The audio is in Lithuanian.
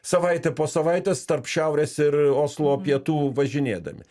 savaitė po savaitės tarp šiaurės ir oslo pietų važinėdami